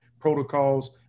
protocols